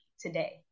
today